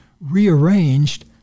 rearranged